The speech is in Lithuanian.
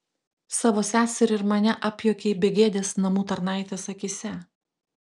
savo seserį ir mane apjuokei begėdės namų tarnaitės akyse